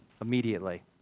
immediately